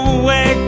away